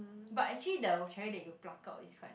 but actually the cherry that you pluck out is quite